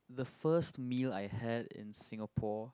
the first meal I had in Singapore